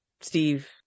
steve